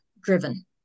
driven